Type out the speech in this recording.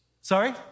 Sorry